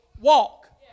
walk